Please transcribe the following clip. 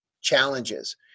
challenges